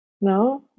No